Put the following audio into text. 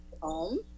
home